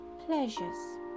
pleasures